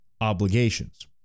obligations